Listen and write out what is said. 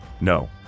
No